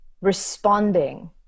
responding